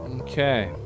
Okay